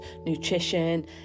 nutrition